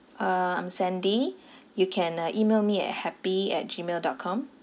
uh I'm sandy you can uh email me at happy at G mail dot com